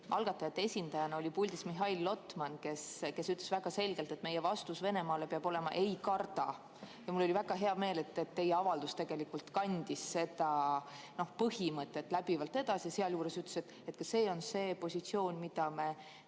Algatajate esindajana oli puldis Mihhail Lotman, kes ütles väga selgelt, et meie vastus Venemaale peab olema: ei karda! Mul oli väga hea meel, et teie avaldus kandis seda põhimõtet edasi. Te ütlesite sealjuures, et see on see positsioon, me